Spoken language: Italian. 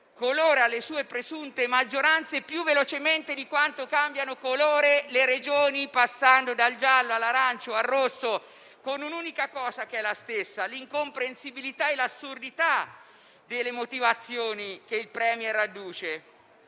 colore alle sue presunte maggioranze più velocemente di quanto cambiano colore le Regioni, passando dal giallo, all'arancio, al rosso, con un'unica costante, ossia l'incomprensibilità e l'assurdità delle motivazioni che adduce.